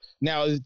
Now